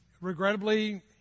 Regrettably